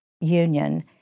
union